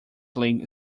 league